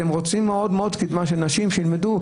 אתם רוצים מאוד מאוד קידמה של נשים ושילמדו,